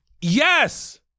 Yes